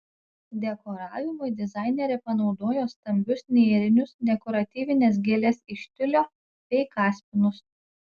dekoravimui dizainerė panaudojo stambius nėrinius dekoratyvines gėles iš tiulio bei kaspinus